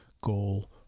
goal